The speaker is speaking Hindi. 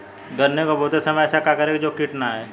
गन्ने को बोते समय ऐसा क्या करें जो कीट न आयें?